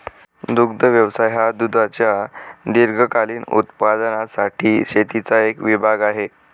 दुग्ध व्यवसाय हा दुधाच्या दीर्घकालीन उत्पादनासाठी शेतीचा एक विभाग आहे